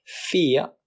fear